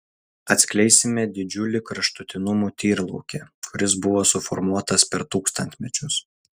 atskleisime didžiulį kraštutinumų tyrlaukį kuris buvo suformuotas per tūkstantmečius